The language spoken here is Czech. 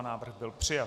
Návrh byl přijat.